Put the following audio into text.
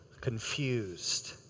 confused